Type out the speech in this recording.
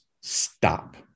stop